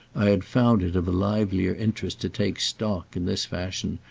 i had found it of a livelier interest to take stock, in this fashion,